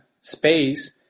space